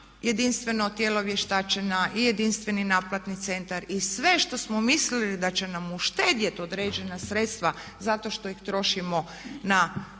jedinstveno tijelo vještačenja i jedinstveni naplatni centar i sve što smo mislili da će nam uštedjeti određena sredstva zato što ih trošimo na